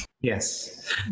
Yes